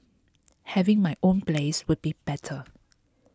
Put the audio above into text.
having my own place would be better